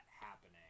happening